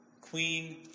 Queen